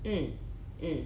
mm mm